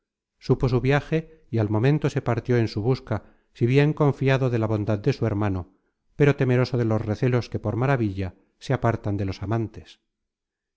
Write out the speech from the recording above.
supo su viaje y al momento se partió en su busca si bien confiado de la bondad de su hermano pero temeroso de los recelos que por maravilla se apartan de los amantes